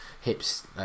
hips